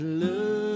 love